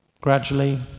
gradually